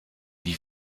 wie